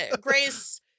Grace